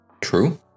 True